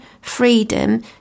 freedom